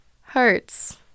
hurts